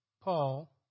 Paul